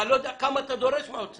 אתה לא יודע כמה אתה דורש מהאוצר.